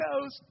goes